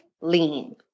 lean